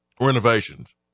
renovations